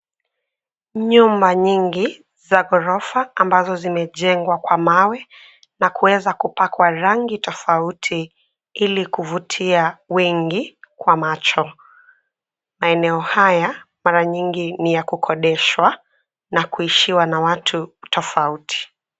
Nyumba nyingi za ghorofa ambazo zimejengwa kwa mawe na kuweza kupakwa rangi tofauti ili kuvutia wengi kwa macho. Maeneo haya mara nyingi ni ya kukodeshwa na kuishiwa na watu tofauti.